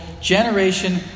Generation